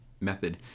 method